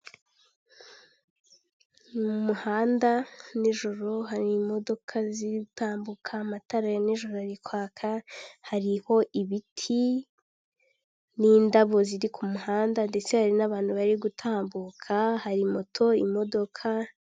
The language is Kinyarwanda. Mu muhanda n'ijoro hari imodoka ziri gutambuka, amatara ya n'ijoro ari kwaka, hariho ibiti n'indabo ziri ku muhanda ndetse hari n'abantu bari gutambuka, hari moto, imodoka.